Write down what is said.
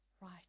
right